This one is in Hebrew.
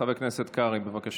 חבר הכנסת קרעי, בבקשה.